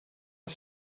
het